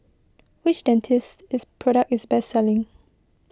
which Dentiste product is best selling